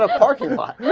ah parking lot